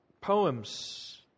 Poems